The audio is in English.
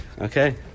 okay